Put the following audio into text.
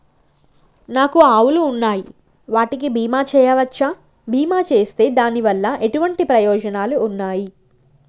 నాకు ఆవులు ఉన్నాయి వాటికి బీమా చెయ్యవచ్చా? బీమా చేస్తే దాని వల్ల ఎటువంటి ప్రయోజనాలు ఉన్నాయి?